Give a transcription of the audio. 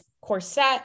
corset